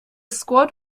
squad